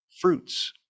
fruits